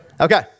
Okay